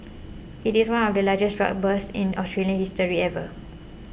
it is one of the largest drug busts in Australian history ever